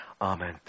Amen